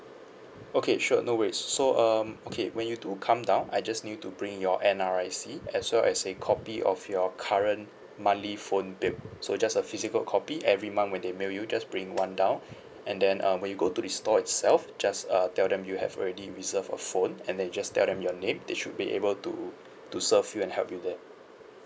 okay sure no worries so um okay when you do come down I just need you to bring your N_R_I_C as well as a copy of your current monthly phone bill so just a physical copy every month when they mail you just bring one down and then um when you go to the store itself just uh tell them you have already reserve a phone and then you just tell them your name they should be able to to serve you and help you there